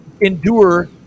endure